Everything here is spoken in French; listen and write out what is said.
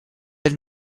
elle